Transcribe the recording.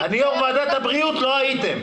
אני יו"ר ועדת הבריאות, לא הייתם.